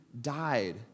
died